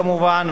כמובן,